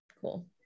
Cool